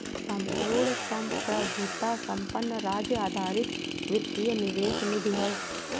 संपूर्ण संप्रभुता संपन्न राज्य आधारित वित्तीय निवेश निधि है